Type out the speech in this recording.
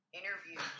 interview